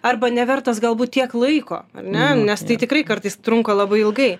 arba nevertas galbūt tiek laiko ar ne nes tai tikrai kartais trunka labai ilgai